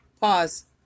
pause